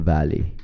Valley